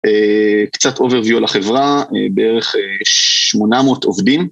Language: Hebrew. קצת overview על החברה, בערך 800 עובדים.